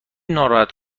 ناراحت